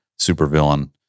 supervillain